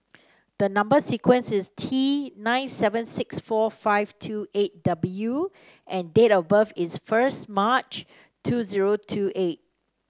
number sequence is T nine seven six four five two eight W and date of birth is first March two zero two eight